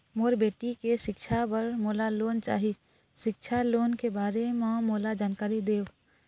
मोर बेटी के सिक्छा पर मोला लोन चाही सिक्छा लोन के बारे म मोला जानकारी देव?